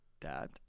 dad